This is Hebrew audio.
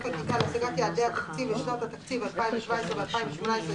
חקיקה להשגת יעדי התקציב לשנות התקציב 2017 ו-2018),